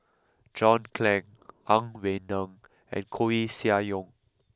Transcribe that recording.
John Clang Ang Wei Neng and Koeh Sia Yong